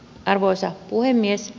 arvoisa puhemies